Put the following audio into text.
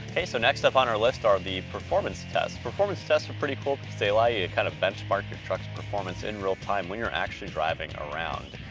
so next up on our list are the performance tests. performance tests are pretty cool because they allow you to kind of benchmark your truck's performance in real time when you're actually driving around.